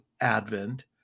Advent